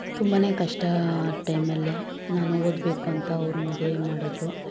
ತುಂಬಾನೇ ಕಷ್ಟ ಆ ಟೈಮಲ್ಲಿ ನಾನು ಓದ್ಬೇಕು ಅಂತ ಅವರು ಮದುವೆ ಮಾಡಿದ್ರು